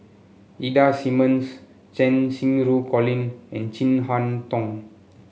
Ida Simmons Cheng Xinru Colin and Chin Harn Tong